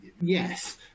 yes